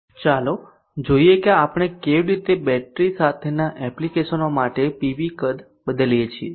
હવે ચાલો જોઈએ કે આપણે કેવી રીતે બેટરી સાથેના એપ્લિકેશનો માટે પીવી કદ બદલીએ છીએ